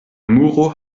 muro